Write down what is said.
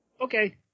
Okay